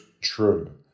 true